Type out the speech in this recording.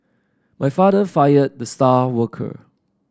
my father fired the star worker